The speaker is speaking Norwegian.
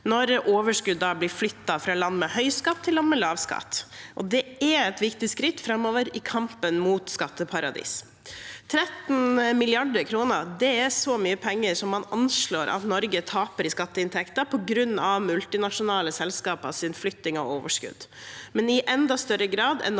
når overskudd blir flyttet fra land med høy skatt til land med lav skatt. Det er et viktig skritt framover i kampen mot skatteparadis. 13 mrd. kr er så mye penger som man anslår at Norge taper i skatteinntekter på grunn av multinasjonale selskapers flytting av overskudd, men – i enda større grad enn